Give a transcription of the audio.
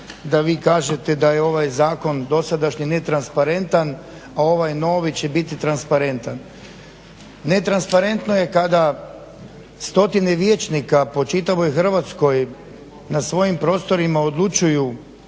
da vi kažete da je ovaj Zakon dosadašnji netransparentan, a ovaj novi će biti transparentan. Netransparentno je kada stotine vijećnika po čitavoj Hrvatskoj na svojim prostorima odlučuju